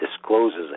discloses